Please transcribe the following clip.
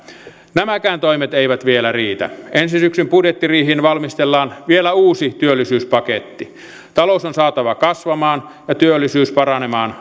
nämäkään toimet eivät vielä riitä ensi syksyn budjettiriiheen valmistellaan vielä uusi työllisyyspaketti talous on saatava kasvamaan ja työllisyys paranemaan